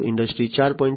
industry 4